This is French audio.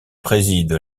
préside